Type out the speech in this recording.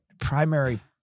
primary